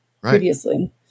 previously